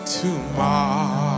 tomorrow